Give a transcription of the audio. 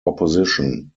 opposition